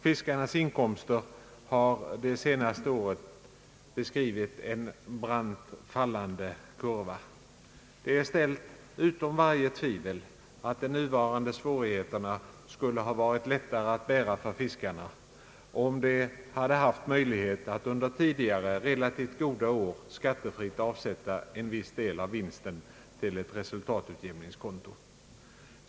Fiskarnas inkomster de senaste åren har beskrivit en brant fallande kurva. Det är ställt utom varje tvivel, att de nuvarande svårigheterna skulle varit lättare att bära för fiskarna, om de hade haft möjlighet att under tidigare, relativt goda år skattefritt avsätta en viss del av vinsten till ett resultatutjämningskonto.